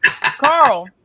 Carl